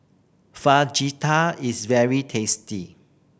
fajita is very tasty